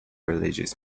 religious